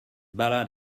ballad